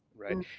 right?